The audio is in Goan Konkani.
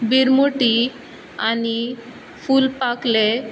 बिरमुटी आनी फुलपाखले